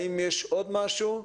האם יש עוד משהו?